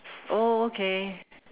oh okay